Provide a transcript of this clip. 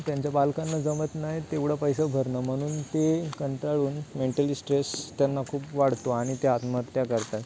त्यांच्या पालकांना जमत नाही तेवढं पैसं भरणं म्हणून ते कंटाळून मेंटली स्ट्रेस त्यांना खूप वाढतो आणि ते आत्महत्या करतात